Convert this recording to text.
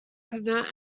convert